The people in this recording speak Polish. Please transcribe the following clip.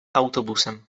autobusem